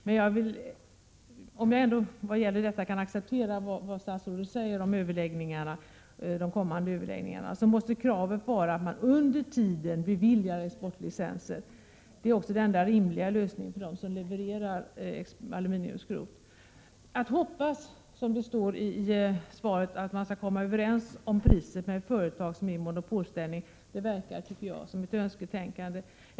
Även om jag kan acceptera vad statsrådet säger om de kommande överläggningarna anser jag att kravet måste vara att man under tiden beviljar exportlicenser. Detta är också den enda rimliga lösningen för dem som levererar aluminiumskrot. Att. som det står i svaret, hoppas på att man skall komma överens om priset med ett företag som är i monopolställning förefaller mig vara ett önsketänkande.